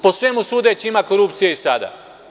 Po svemu sudeći, ima korupcije i sada.